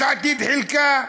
יש עתיד חילקה,